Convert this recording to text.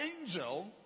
angel